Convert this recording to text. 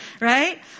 right